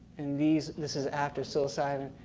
and these, this is after psilocybin.